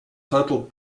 total